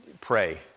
pray